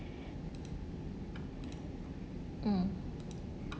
mm